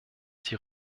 die